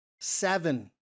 Seven